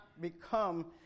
become